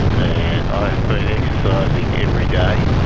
and i have been exercising every day,